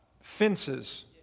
Fences